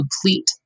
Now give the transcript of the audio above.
complete